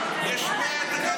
(חבר הכנסת גלעד קריב יוצא מאולם המליאה.) --- איפה אין יהדות?